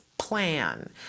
plan